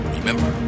Remember